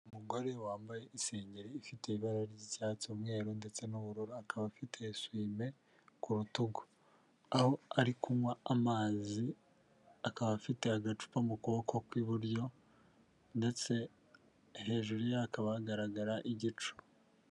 Umugore wambaye isengeri ifite ibara ry'icyatsi, umweru ndetse n'ubururu akaba afite esume ku rutugu, aho ari kunywa amazi, akaba afite agacupa mu kuboko ku iburyo ndetse hejuru ye hakaba hagaragara igicu.